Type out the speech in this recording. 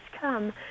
come